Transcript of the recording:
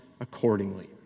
accordingly